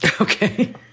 okay